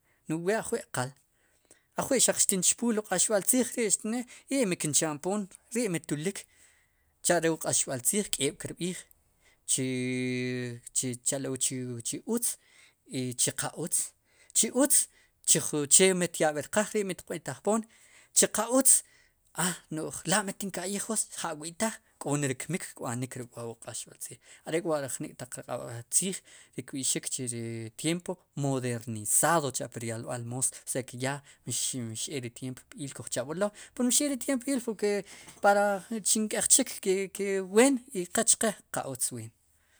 No'j wu we ajwi' qal xaq xtinchpuul wu q'axb'al wu q'axb'al tziij rii xtinme i mi kincha'mpoom rii'mi tulik cha're wu q'axb'al tziik k'eeb' kirb'iij chi chi cha'lo chi utz i chu qa utz chu utz chu jun che mityab'er qaaj rii mitiq b'i'tajpoom che qa utz a no'j la mitinka'yij b'oos ja'wi'taaj k'onere kmik kb'anik ruk'wu awb'al are'k'wa jnik' taq tziij kb'i'xik chu ri tiempo modernizado cha'pur yolb'al moos o sea ke ya mxeek ri tiempo p-iil kuj cha'b'elo'mxeek ri tiempo pi iil porke para chu nk'ej chik ke ke ween qe chqe qa utz buen.